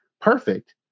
perfect